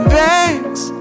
banks